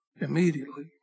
immediately